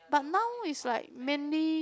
but now is like mainly